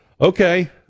Okay